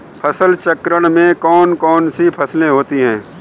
फसल चक्रण में कौन कौन सी फसलें होती हैं?